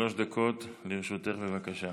שלוש דקות לרשותך, בבקשה.